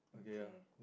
okay